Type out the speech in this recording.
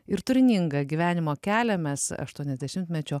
ir turiningą gyvenimo kelią mes aštuoniasdešimtmečio